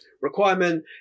requirement